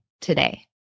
today